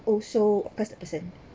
also cost the person